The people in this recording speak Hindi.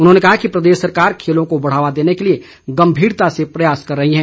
उन्होंने कहा कि प्रदेश सरकार खेलों को बढ़ावा देने के लिए गंभीरता से प्रयास कर रही है